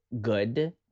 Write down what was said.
good